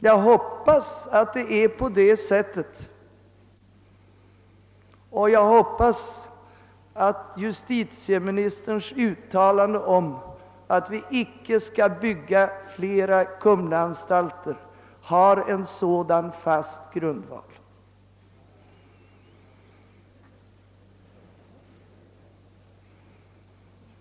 Jag hoppas det och hoppas också att justitieministerns uttalande att vi inte skall bygga flera Kumlaanstalter har en fast grundval.